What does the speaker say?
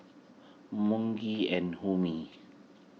and Homi